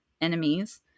enemies